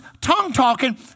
tongue-talking